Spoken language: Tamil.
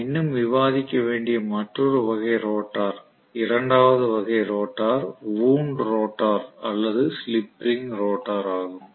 நாம் இன்னும் விவாதிக்க வேண்டிய மற்றொரு வகை ரோட்டார் இரண்டாவது வகை ரோட்டார் வூண்ட் ரோட்டார் அல்லது ஸ்லிப் ரிங் ரோட்டார் ஆகும்